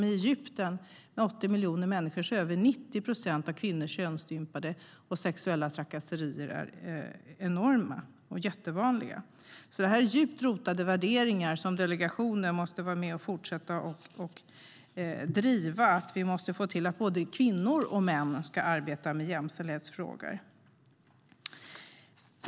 I Egypten med 80 miljoner människor är över 90 procent av kvinnorna könsstympade, och de sexuella trakasserierna är vanliga och omfattande. Detta är djupt rotade värderingar, och delegationen måste vara med och fortsätta att driva att vi måste få till att både kvinnor och män ska arbeta med jämställdhetsfrågor.